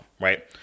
Right